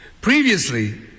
Previously